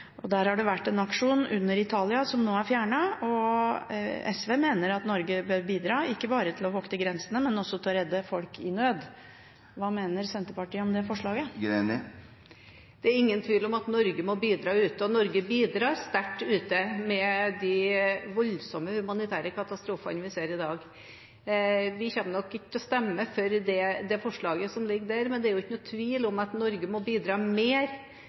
og der har det vært en aksjon, under Italia, som nå er fjernet. SV mener at Norge bør bidra, ikke bare med å vokte grensene, men også med å redde folk i nød. Hva mener Senterpartiet om det forslaget? Det er ingen tvil om at Norge må bidra ute – og Norge bidrar sterkt ute i de voldsomme humanitære katastrofene vi ser i dag. Vi kommer nok ikke til å stemme for det forslaget som ligger der, men det er ingen tvil om at Norge må bidra mer